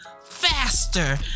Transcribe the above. faster